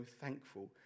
thankful